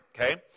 okay